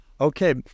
okay